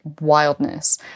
wildness